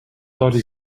sought